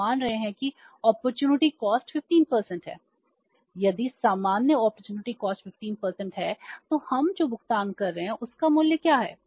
हम मान रहे हैं कि अपॉर्चुनिटी कॉस्ट 15 है